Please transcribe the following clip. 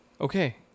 okay